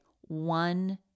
one